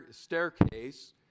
staircase